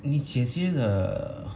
你姐姐的